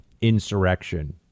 insurrection